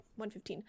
115